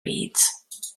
reeds